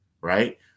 Right